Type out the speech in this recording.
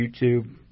YouTube